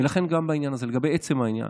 ולכן גם בעניין הזה, לגבי עצם העניין,